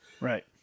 right